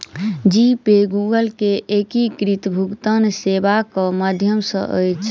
जी Pay Google के एकीकृत भुगतान सेवाक माध्यम अछि